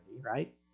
right